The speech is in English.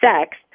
sex